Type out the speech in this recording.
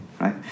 right